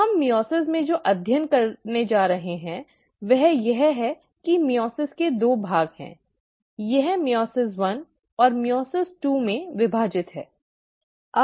तो हम मइओसिस में जो अध्ययन करने जा रहे हैं वह यह है कि मइओसिस के दो भाग हैं यह मइओसिस एक और मइओसिस दो में विभाजित है